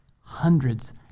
hundreds